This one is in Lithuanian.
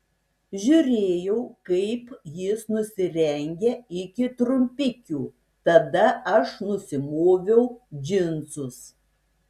žiūrėjau kaip jis nusirengia iki trumpikių tada aš nusimoviau džinsus